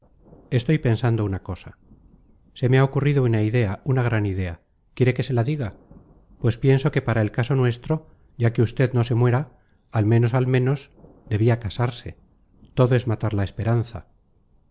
estoy pensando una cosa se me ha ocurrido una idea una gran idea quiere que se la diga pues pienso que para el caso nuestro ya que usted no se muera al menos al menos debía casarse todo es matar la esperanza